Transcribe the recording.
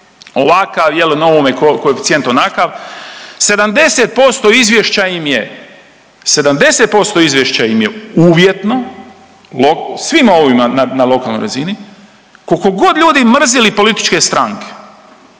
ovakav, jel' onome koeficijent onakav. 70% izvješća im je uvjetno, svima ovima na lokalnoj razini. Koliko god ljudi mrzili političke stranke